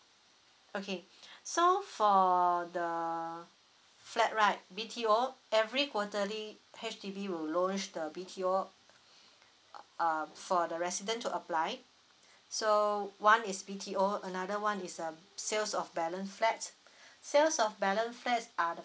okay so for the flat right B_T_O every quarterly H_D_B will lodge the B_T_O uh for the residents to apply so one is B_T_O another one is a sales of balance flat sales of balance flat are the